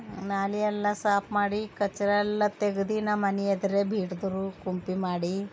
ನಾಲೆಯೆಲ್ಲ ಸಾಫ್ ಮಾಡಿ ಕಚ್ರ ಎಲ್ಲ ತೆಗೆದು ನಮ್ಮನೆ ಎದುರೇ ಬೀಟದ್ರು ಕುಂಪೆ ಮಾಡಿ